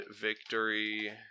victory